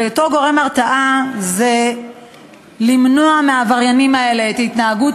ואותו גורם הרתעה זה למנוע מהעבריינים האלה את ההתנהגות